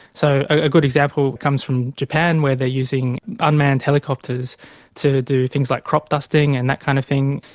so a good example comes from japan where they are using unmanned helicopters to do things like crop dusting and that kind of thing,